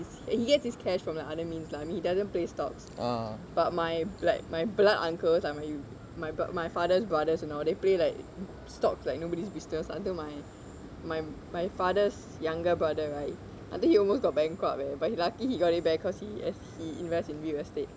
he gets his cash from like other means lah he doesn't play stocks but my like my uncles like my you my father's brothers you know they play like stocks like nobody's business until my my my father's younger brother right I think you almost got bankrupt eh but he lucky he got it back cause he as he invest in real estate